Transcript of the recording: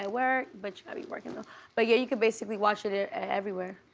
at work, but you gotta be working though but yeah, you can basically watch it it everywhere.